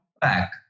back